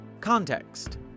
Context